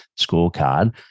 scorecard